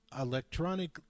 electronic